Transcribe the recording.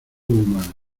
humano